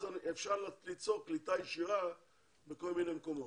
אז אפשר ליצור קליטה ישירה בכל מיני מקומות.